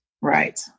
Right